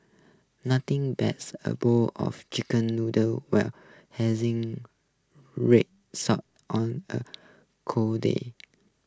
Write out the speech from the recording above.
nothing beats a bowl of Chicken Noodles will red sauce on a cold day